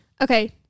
okay